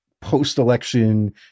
post-election